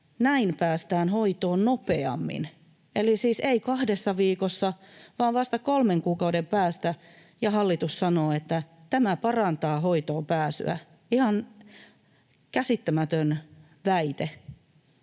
näin päästään hoitoon nopeammin — eli siis ei kahdessa viikossa vaan vasta kolmen kuukauden päästä. Ja hallitus sanoo, että tämä parantaa hoitoonpääsyä. Ihan käsittämätön väite.